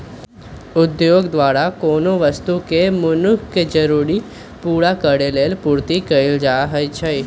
उद्योग द्वारा कोनो वस्तु के मनुख के जरूरी पूरा करेलेल पूर्ति कएल जाइछइ